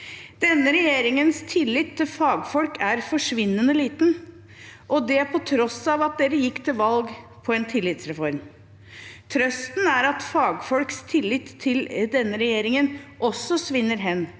Denne regjeringens tillit til fagfolk er forsvinnende liten, og det på tross av at man gikk til valg på en tillitsreform. Trøsten er at fagfolks tillit til denne regjeringen også svinner hen.